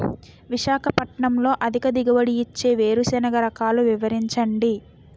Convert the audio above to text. విశాఖపట్నంలో అధిక దిగుబడి ఇచ్చే వేరుసెనగ రకాలు వివరించండి?